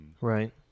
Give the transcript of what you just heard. Right